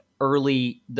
early